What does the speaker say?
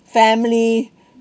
family